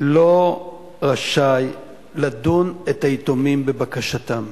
לא רשאי לדון את היתומים בבקשתם.